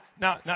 now